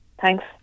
Thanks